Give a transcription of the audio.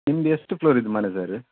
ನಿಮ್ದು ಎಷ್ಟು ಫ್ಲೋರಿಂದ್ ಮನೆ ಸರು